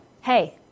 hey